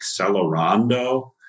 accelerando